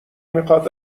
میخاد